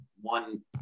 one